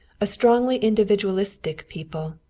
a strongly individualistic people,